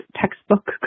textbook